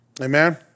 Amen